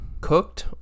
cooked